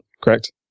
correct